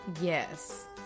Yes